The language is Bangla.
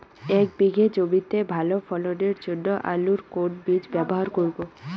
এক বিঘে জমিতে ভালো ফলনের জন্য আলুর কোন বীজ ব্যবহার করব?